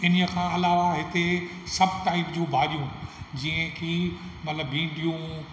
इन्हीअ खां अलावा हिते सभु टाइप जूं भाॼियूं जीअं की मतलबु भींडियूं